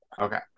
Okay